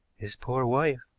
his poor wife!